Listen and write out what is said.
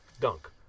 dunk